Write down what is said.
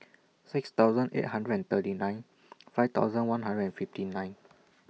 six thousand eight hundred and thirty nine five thousand one hundred and fifty nine